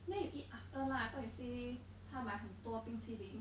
then you eat after lah I thought you say 她买很多冰淇淋